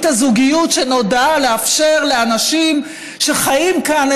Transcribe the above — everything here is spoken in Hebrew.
הזוגיות שנועדה לאפשר לאנשים שחיים כאן,